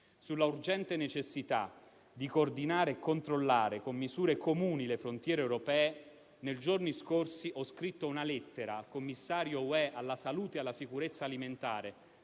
Sull'urgente necessità di coordinare e controllare con misure comuni le frontiere europee, nei giorni scorsi ho scritto una lettera al commissario europeo alla salute e alla sicurezza alimentare